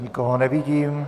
Nikoho nevidím.